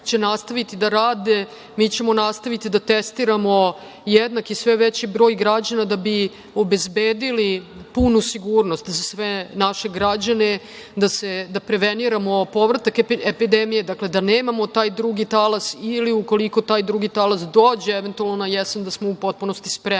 će nastaviti da rade, mi ćemo nastaviti da testiramo jednak i sve veći broj građana da bi obezbedili punu sigurnost za sve naše građane da preveniramo povratak epidemije, da nemamo taj drugi talas ili ukoliko taj drugi talas dođe eventualno na jesen, da smo u potpunosti spremni. Zaista